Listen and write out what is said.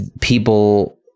people